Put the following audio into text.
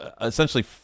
essentially